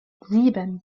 sieben